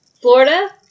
Florida